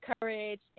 courage